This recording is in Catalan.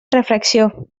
refracció